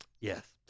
Yes